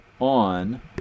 on